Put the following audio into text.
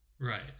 Right